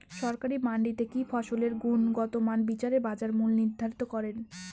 সরকারি মান্ডিতে কি ফসলের গুনগতমান বিচারে বাজার মূল্য নির্ধারণ করেন?